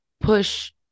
push